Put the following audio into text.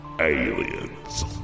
Aliens